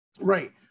Right